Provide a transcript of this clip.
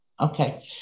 Okay